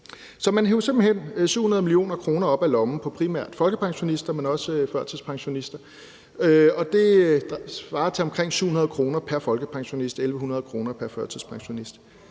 Man hev simpelt hen 700 mio. kr. op af lommen på primært folkepensionister, men også førtidspensionister. Det svarer til omkring 700 kr. pr. folkepensionist og 1.100 kr. pr. førtidspensionist,